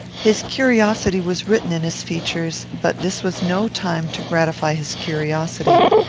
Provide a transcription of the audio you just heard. his curiosity was written in his features, but this was no time to gratify his curiosity.